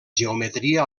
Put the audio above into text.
geometria